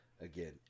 again